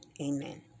amen